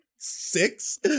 Six